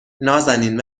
نازنین